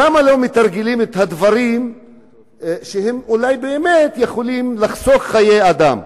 למה לא מתרגלים את הדברים שאולי באמת יכולים לחסוך חיי אדם?